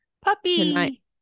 Puppy